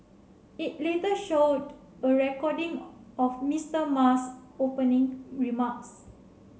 it later showed a recording of Mister Ma's opening remarks